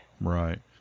Right